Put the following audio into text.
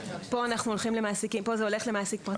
פה זה הולך למעסיק פרטי.